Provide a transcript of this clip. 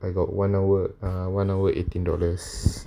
I got one hour uh one hour eighteen dollars